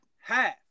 half